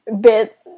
bit